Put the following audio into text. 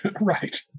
right